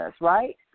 right